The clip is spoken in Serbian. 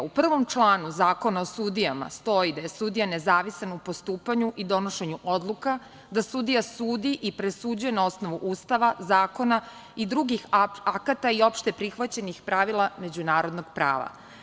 U prvom članu Zakona o sudijama stoji da je sudija nezavisan u postupanju i donošenju odluka, da sudija sudi i presuđuje na osnovu Ustava, zakona i drugih akata i opšteprihvaćenih pravila međunarodnog prava.